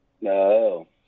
No